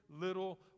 little